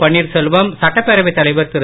பன்னீர் செல்வம் சட்டப்பேரவை தலைவர் திரு